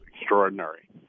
extraordinary